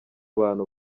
bantu